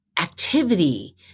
activity